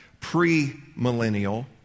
pre-millennial